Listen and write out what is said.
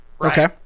Okay